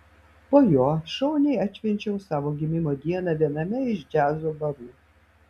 po jo šauniai atšvenčiau savo gimimo dieną viename iš džiazo barų